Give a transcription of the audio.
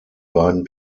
beiden